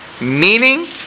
meaning